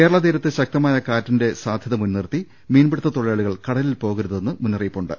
കേരള തീരത്ത് ശക്തമായ കാറ്റിന് സാധ്യത മുൻനിർത്തി മീൻപിടിത്തതൊഴിലാളികൾ കടലിൽ പോകരുതെന്ന് മുന്നറിയിപ്പുണ്ട്